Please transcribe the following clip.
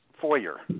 foyer